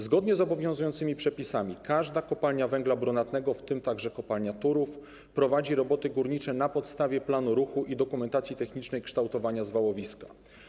Zgodnie z obowiązującymi przepisami każda kopalnia węgla brunatnego, w tym także kopalnia Turów, prowadzi roboty górnicze na podstawie planu ruchu i dokumentacji technicznej kształtowania zwałowiska.